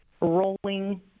rolling